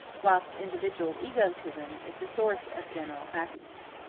whilst individual egotism is the source of general happiness.